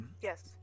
Yes